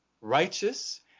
righteous